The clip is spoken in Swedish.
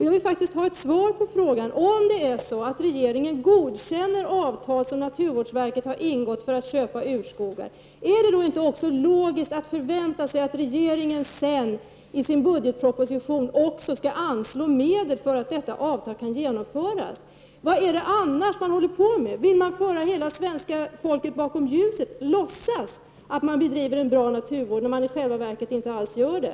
Jag vill ha ett svar på frågan: Om regeringen godkänner avtal som naturvårdsverket har ingått för att köpa urskogar, är det då inte logiskt att förvänta sig att regeringen sedan i budgetpropositionen också anslår medel så att dessa avtal kan genomföras? Vad är det annars man håller på med? Vill man föra hela svenska folket bakom ljuset och låtsas att man bedriver en bra naturvård när man i själva verket inte gör det?